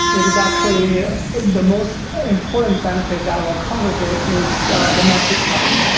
it is actually the most important benefit that will come with it is the the metric part.